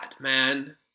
man